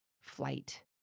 flight